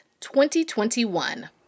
2021